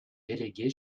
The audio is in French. déléguée